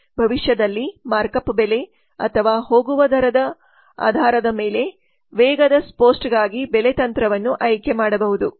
ಭವಿಷ್ಯದಲ್ಲಿ mark up ಬೆಲೆ ಅಥವಾ ಹೋಗುವ ದರದ ಆಧಾರದ ಮೇಲೆ ವೇಗದ ಪೋಸ್ಟ್ಗಾಗಿ ಬೆಲೆ ತಂತ್ರವನ್ನು ಆಯ್ಕೆ ಮಾಡಬಹುದು